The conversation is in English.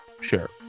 sure